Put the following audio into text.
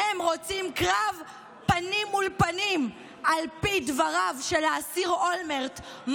הם רוצים קרב פנים מול פנים על פי דבריו של האסיר אולמרט,